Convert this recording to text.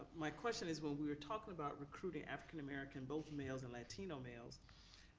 my question is, when we were talking about recruiting african american, both males and latino males,